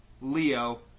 Leo